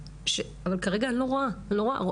אבל כרגע אני לא רואה אותם.